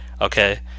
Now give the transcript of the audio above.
okay